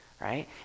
right